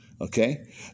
okay